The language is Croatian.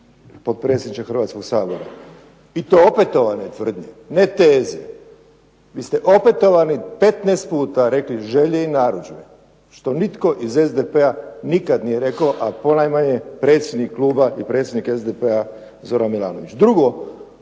potpredsjedniče Hrvatskog sabora. I to opetovane tvrdnje, ne teze. Vi ste opetovano 15 puta rekli želje i narudžbe što nitko iz SDP-a nikada nije rekao a ponajmanje predsjednik kluba i predsjednik SDP-a Zoran Milanović. Drugo,